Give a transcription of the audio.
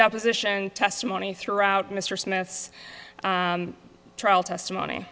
deposition testimony throughout mr smith's trial testimony